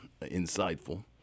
insightful